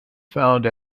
found